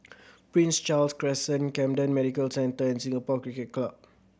Prince Charles Crescent Camden Medical Centre and Singapore Cricket Club